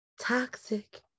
Toxic